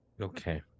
Okay